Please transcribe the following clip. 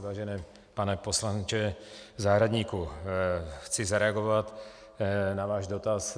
Vážený pane poslanče Zahradníku, chci zareagovat na váš dotaz.